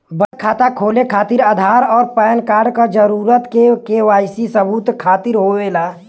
बचत खाता खोले खातिर आधार और पैनकार्ड क जरूरत के वाइ सी सबूत खातिर होवेला